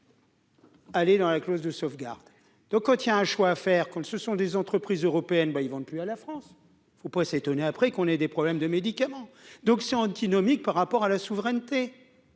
Allez dans la clause de sauvegarde de quand il y a un choix à faire, comme ce sont des entreprises européennes, ben ils vendent plus à la France, faut pas s'étonner après qu'on ait des problèmes de médicaments, donc c'est antinomique par rapport à la souveraineté,